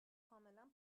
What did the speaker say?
کاملا